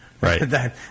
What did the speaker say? Right